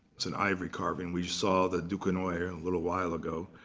it's an ivory carving. we saw the duquesnoy a little while ago.